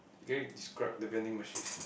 can you describe the vending machine